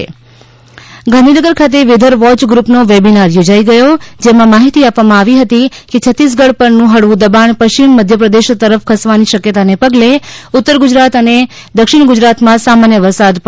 વરસાદ અને weather watch ગૃપનો webinar Gandhinagar ખાતે વેધર વોય ગૃપનો વેબીનાર યોજાઈ ગયો જેમાં માહિતી આપવામાં આવી હતી કે છત્તીસગઢ પરનું હળવુ દબાણ પશ્ચિમ મધ્યપ્રદેશ તરફ ખસવાની શક્યતાને પગલે ઉત્તર ગુજરાત અને દક્ષિણ ગુજરાતમાં સામાન્ય વરસાદ પડી શકે છે